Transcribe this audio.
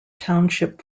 township